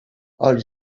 els